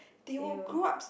they will